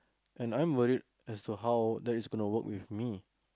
and I'm worried as to how that is gonna work with me